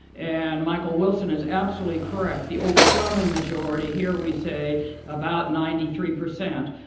and michael wilson is absolutely correct. the overwhelming majority, here we say about ninety three percent,